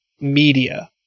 media